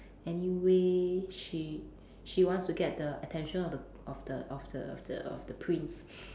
anyway she she wants to get the attention of the of the of the of the of the prince